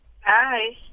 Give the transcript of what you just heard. Hi